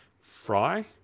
Fry